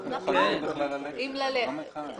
אנחנו בוחנים אם ללכת לזה.